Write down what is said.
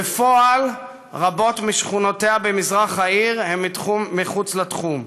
בפועל, רבות משכונותיה במזרח העיר הן מחוץ לתחום.